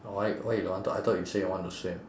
why why you don't want to I thought you say you want to swim